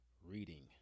reading